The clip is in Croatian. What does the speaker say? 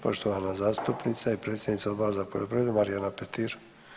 Poštovana zastupnica i predsjednica Odbora za poljoprivredu Marijana Petir.